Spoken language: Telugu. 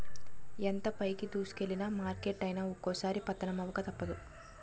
ఎంత పైకి దూసుకెల్లిన మార్కెట్ అయినా ఒక్కోసారి పతనమవక తప్పదు